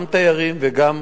גם תיירים וגם